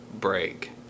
break